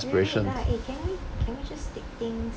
don't need lah eh can we can we just take things